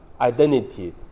identity